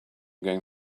going